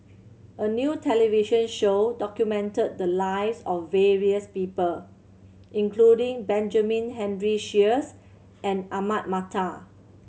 a new television show documented the lives of various people including Benjamin Henry Sheares and Ahmad Mattar